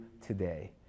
today